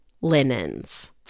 linens